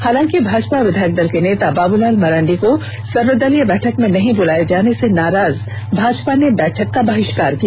हालाकि भाजपा विधायक दल के नेता बाबूलाल मरांडी को सर्वदलीय बैठक में नहीं बुलाये जाने से नाराज भाजपा ने बैठक का बहिष्कार किया